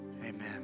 amen